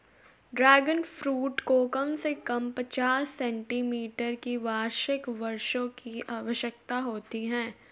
dragon fruit को कम से कम पचास सेंटीमीटर की वार्षिक वर्षा की आवश्यकता होती है